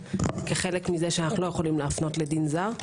כחלק מזה שאנו לא יכולים להפנות לדין זר.